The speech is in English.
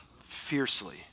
fiercely